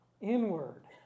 inward